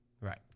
Right